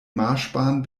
marschbahn